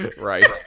Right